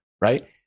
right